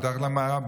מתחת למערה,